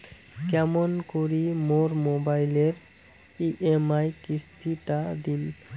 কেমন করি মোর মোবাইলের ই.এম.আই কিস্তি টা দিম?